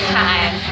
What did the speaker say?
time